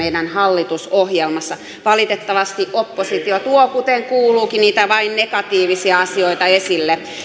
meidän hallitusohjelmassamme valitettavasti oppositio tuo kuten kuuluukin vain niitä negatiivisia asioita esille